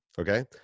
Okay